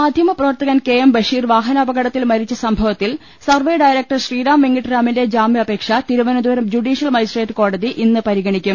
മാധ്യമപ്രവർത്തകൻ K M Basheer വാഹനാപകട ത്തിൽ മരിച്ച സംഭവത്തിൽ സർവെ ഡയറക്ടർ ശ്രീറാം വെങ്കിട്ടറാമിന്റെ ജാമ്യാപേക്ഷ ഇന്ന് തിരുവനന്തപുരം ജൂഡീ ഷ്യൽ മജിസ്ട്രേറ്റ് കോടതി ഇന്ന് പരിഗണിക്കും